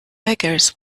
beggars